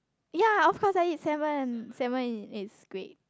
ya of course I eat salmon salmon is is great